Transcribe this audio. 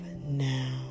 now